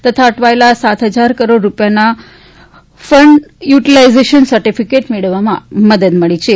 તથા અટવાયેલા સાત હજા કરોડ રૂપિયાના ફંડ પૂરી લાઈઝેશન સર્ટિફિકેટ મેળવવામાં સફળતા મળી છે